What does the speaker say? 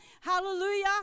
hallelujah